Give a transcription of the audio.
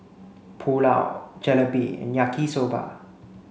Pulao Jalebi and Yaki soba